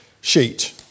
sheet